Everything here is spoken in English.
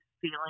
feeling